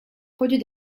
produits